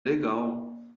legal